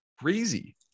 crazy